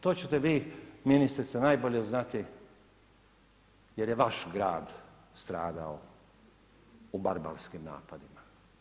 To ćete vi ministrice najbolje znati jer je vaš grad stradao u barbarskim napadima.